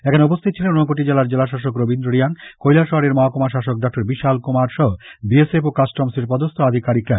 এখানে উপস্থিত ছিলেন ঊনকোটি জেলার জেলাশাসক রবীন্দ্র রিয়াং কৈলাসহরের মহকুমা শাসক ডক্টর বিশাল কুমারে সহ বিএসএফ ও কাস্টমস এর পদস্থ আধিকারিকরা